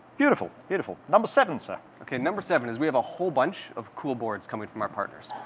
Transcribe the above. beautiful, beautiful. number seven, sir. okay, number seven is we have a whole bunch of cool boards coming from our partners.